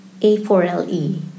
A4LE